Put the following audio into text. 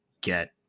get